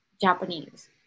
Japanese